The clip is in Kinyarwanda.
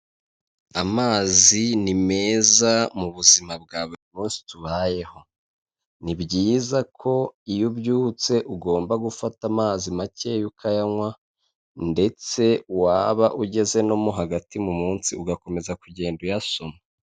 Amazi ni meza mu buzima bwa buri munsi tubayeho, ni byiza ko iyo ubyutse ugomba gufata amazi make ukayanywa ndetse waba ugeze no mu hagati mu munsi ugakomeza kugenda uyasoma.